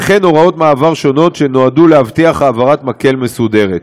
וכן הוראות מעבר שנועדו להבטיח "העברת מקל" מסודרת.